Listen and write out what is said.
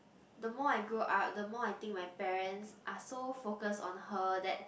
the more I go out the more I think my parents are so focus on her that